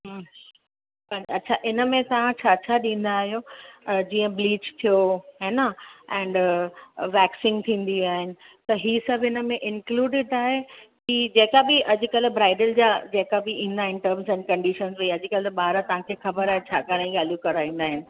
हूं अच्छा इनमें तां छा छा ॾींदा आहियो जीअं ब्लीच थियो हे न एंड वैक्सिंग थींदी आहे त हीअ सभु इनमें इंक्लूडिड आहे कि जेका बि अॼकल्ह ब्राइडल जा जेका बि ईंदा आहिनि टर्म्स ऐं कंडीशन भई अॼकल्ह ॿार तव्हांखे खबर आहे छा घणेई ॻाल्हियूं कराईंदा आहिनि